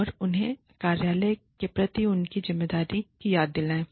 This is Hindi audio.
और उन्हें कार्यालय के प्रति उनकी जिम्मेदारियों की याद दिलाता है